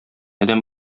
адәм